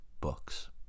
books